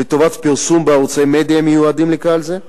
לטובת פרסום בערוצי מדיה המיועדים לקהל זה.